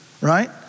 right